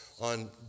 on